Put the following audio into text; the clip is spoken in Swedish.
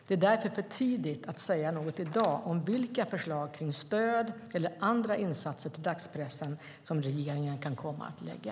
Det är därför för tidigt att säga något i dag om vilka förslag kring stöd eller andra insatser till dagspressen som regeringen kan komma att lägga.